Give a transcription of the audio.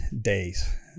days